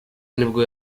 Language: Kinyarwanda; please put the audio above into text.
nibwo